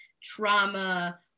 trauma